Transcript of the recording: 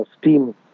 steam